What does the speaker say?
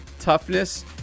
toughness